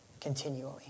continually